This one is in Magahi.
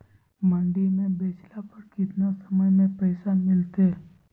मंडी में बेचला पर कितना समय में पैसा मिलतैय?